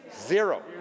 Zero